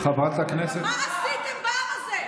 אני מבקש שתעצור, חברת הכנסת, מה עשיתם בעם הזה?